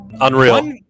Unreal